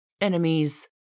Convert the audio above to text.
enemies